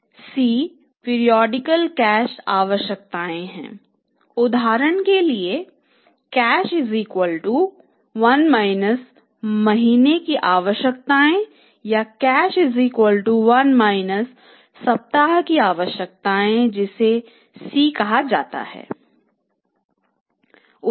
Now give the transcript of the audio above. C periodical cash आवश्यकताएं हैं उदाहरण के लिए कैश 1 महीने की आवश्यकताएं या कैश 1 सप्ताह की आवश्यकताएं जिसे C कहा जाता है